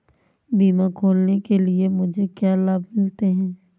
बीमा खोलने के लिए मुझे क्या लाभ मिलते हैं?